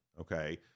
okay